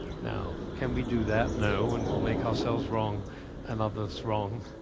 now, can we do that? no. and we'll make ourselves wrong and others wrong.